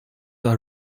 are